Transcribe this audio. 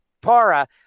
Para